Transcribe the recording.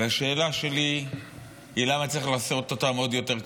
והשאלה שלי היא למה צריך לעשות אותם עוד יותר קשים.